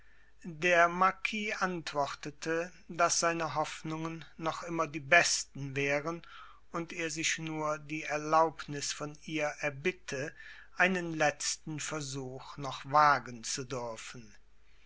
der marquis antwortete daß seine hoffnungen noch immer die besten wären und er sich nur die erlaubnis von ihr erbitte einen letzten versuch noch wagen zu dürfen